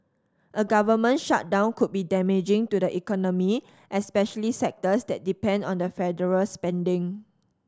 a government shutdown could be damaging to the economy especially sectors that depend on the federal spending